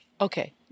Okay